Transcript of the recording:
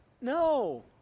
no